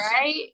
right